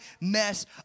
mess